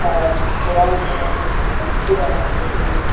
اور براؤنز بنانے کی مچھی بنانے کی